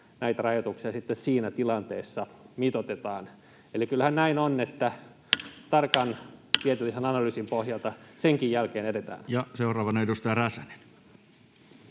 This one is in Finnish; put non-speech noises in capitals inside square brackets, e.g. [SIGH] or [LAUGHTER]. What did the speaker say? näitä rajoituksia sitten siinä tilanteessa mitoitetaan. Eli kyllähän näin on, että [NOISE] tarkan tieteellisen analyysin pohjalta senkin jälkeen edetään. [Speech 48] Speaker: Toinen